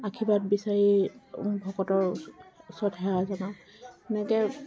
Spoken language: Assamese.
আশীৰ্বাদ বিচাৰি ভকতৰ ওচৰত সেৱা জনাও সেনেকৈ